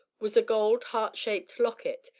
was a gold heart-shaped locket,